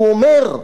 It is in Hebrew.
הוא אומר: